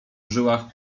żyłach